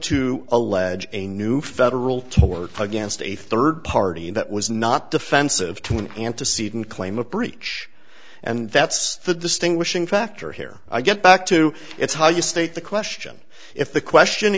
to allege a new federal tort against a third party that was not defensive to an antecedent claim of breach and that's the distinguishing factor here i get back to it's how you state the question if the question